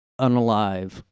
unalive